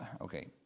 Okay